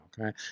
okay